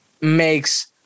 makes